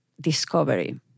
discovery